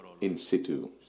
in-situ